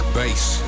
bass